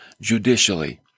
judicially